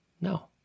No